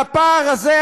והפער הזה,